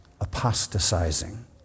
apostatizing